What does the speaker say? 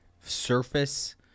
surface